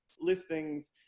listings